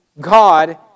God